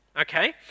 okay